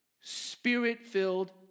Spirit-filled